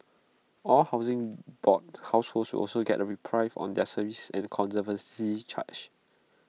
all Housing Board households also get A reprieve on their service and conservancy charges